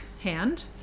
hand